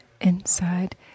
inside